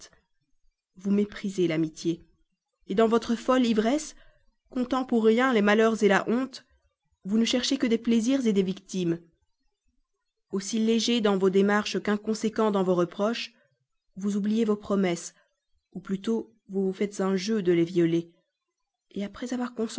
vous méprisez l'amitié dans cette folle ivresse comptant pour rien les malheurs la honte vous ne cherchez que des plaisirs des victimes aussi léger dans vos démarches qu'inconséquent dans vos reproches vous oubliez vos promesses ou plutôt vous vous faites un jeu de les violer après avoir